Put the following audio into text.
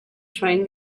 train